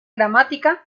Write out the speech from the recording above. gramática